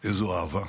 באיזו אהבה,